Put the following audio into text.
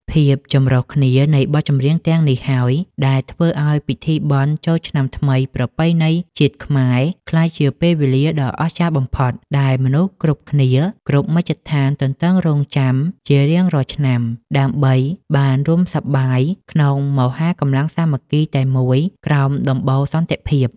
ភាពចម្រុះគ្នានៃបទចម្រៀងទាំងនេះហើយ ដែលធ្វើឱ្យពិធីបុណ្យចូលឆ្នាំថ្មីប្រពៃណីជាតិខ្មែរ ក្លាយជាពេលវេលាដ៏អស្ចារ្យបំផុតដែលមនុស្សគ្រប់គ្នាគ្រប់មជ្ឈដ្ឋានទន្ទឹងរង់ចាំជារៀងរាល់ឆ្នាំ ដើម្បីបានរួមសប្បាយក្នុងមហាកម្លាំងសាមគ្គីតែមួយក្រោមដំបូលសន្តិភាព។